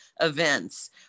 events